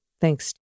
Thanks